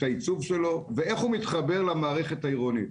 העיצוב שלו ואיך הוא מתחבר למערכת העירונית.